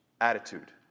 attitude